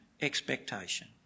expectation